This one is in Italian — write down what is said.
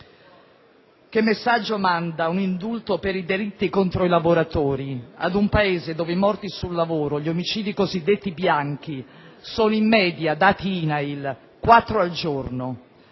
Che messaggio manda un indulto per i delitti contro i lavoratori ad un Paese, dove i morti sul lavoro, gli omicidi cosiddetti bianchi, sono in media - sono dati dell'INAIL - quattro al giorno.